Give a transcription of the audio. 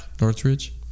Northridge